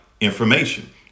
information